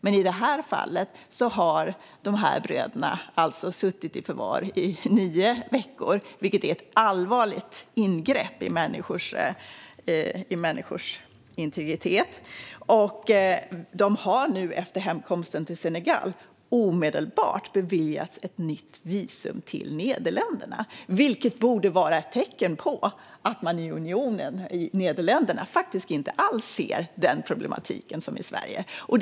Men i det här fallet har bröderna suttit i förvar i nio veckor, vilket är ett allvarligt ingrepp i en människas integritet. Bröderna har nu efter hemkomsten till Senegal omedelbart beviljats ett nytt visum till Nederländerna, vilket borde vara ett tecken på att man i unionen inte alls ser den problematik som man ser i Sverige.